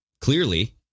clearly